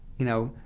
you know,